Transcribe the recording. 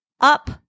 up